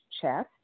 Chest